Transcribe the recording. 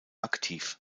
aktiv